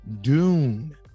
Dune